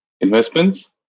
investments